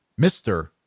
Mr